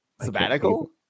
sabbatical